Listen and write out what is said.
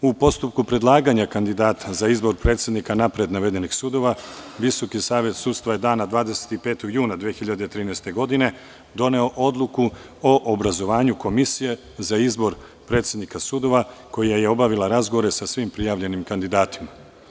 U postupku predlaganja kandidata za izbor predsednika napred navedenih sudova, Visoki savet sudstva je dana 25. juna 2013. godine doneo odluku o obrazovanju Komisije za izbor predsednika sudova, koja je obavila razgovore sa svim prijavljenim kandidatima.